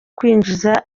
kwinjiza